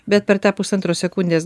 bet per tą pusantros sekundės